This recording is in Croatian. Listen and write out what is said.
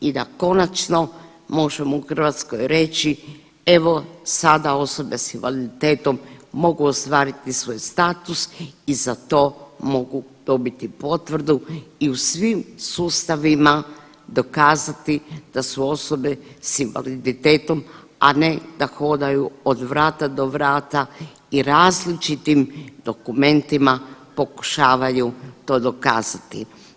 I da konačno možemo u Hrvatskoj reći, evo sada osobe s invaliditetom mogu ostvariti svoj status i za to mogu dobiti potvrdu i u svim sustavima dokazati da su osobe s invaliditetom, a ne da hodaju od vrata do vrata i različitim dokumentima pokušavaju to dokazati.